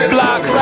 Block